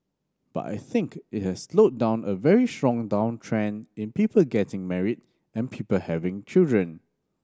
but I think it has slowed down a very strong downtrend in people getting married and people having children